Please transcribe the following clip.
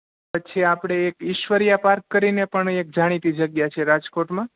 પછી આપળે એક ઐશ્વરીયા પાર્ક કરીને પણ એક જાણીતી જગ્યા છે રાજકોટમાં